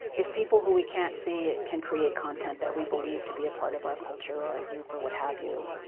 if people who we can't see can create content that we believe to be a part of our culture or our group or what have you,